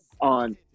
on